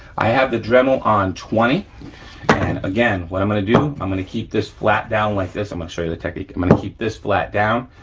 i have the dremel on twenty and again what i'm gonna do, i'm gonna keep this flat down like this, i'm gonna show you the technique. i'm gonna keep this flat down,